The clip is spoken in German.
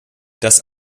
dass